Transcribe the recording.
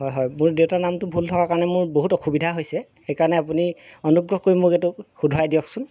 হয় হয় মোৰ দেউতাৰ নামটো ভুল থকাৰ কাৰণে মোৰ বহুত অসুবিধা হৈছে সেইকাৰণে আপুনি অনুগ্ৰহ কৰি মোক এইটো শুধৰাই দিয়কচোন